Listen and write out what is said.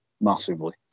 massively